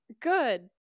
good